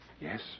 Yes